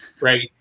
Right